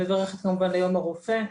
אני מברכת כמובן ליום הרופא,